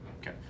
Okay